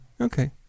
okay